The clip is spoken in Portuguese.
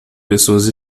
pessoas